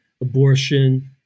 abortion